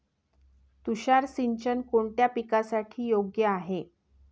तुषार सिंचन कोणत्या पिकासाठी योग्य आहे?